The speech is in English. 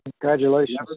Congratulations